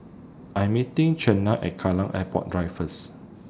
I'm meeting Cheyanne At Kallang Airport Drive First